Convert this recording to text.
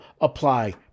apply